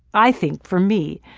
i think, for me,